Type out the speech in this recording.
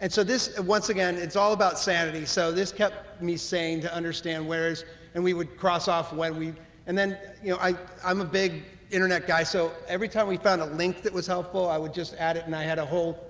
and so this once again it's all about sanity so this kept me sane to understand where's and we would cross off when we and then you know i i'm a big internet guy so every time we found a link that was helpful i would just add it and i had a whole